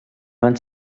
van